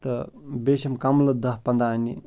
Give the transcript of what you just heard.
تہٕ بیٚیہِ چھِم کَملہٕ دَہ پنٛداہ انٛنہِ